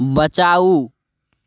बचाउ